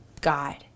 God